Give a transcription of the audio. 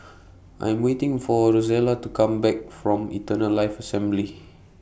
I Am waiting For Rosella to Come Back from Eternal Life Assembly